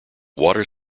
water